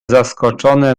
zaskoczone